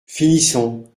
finissons